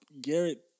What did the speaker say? Garrett